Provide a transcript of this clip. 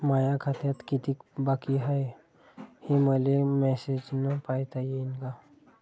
माया खात्यात कितीक बाकी हाय, हे मले मेसेजन पायता येईन का?